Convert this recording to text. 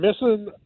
missing